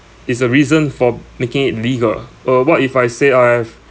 is a reason for making it legal or what if I say I have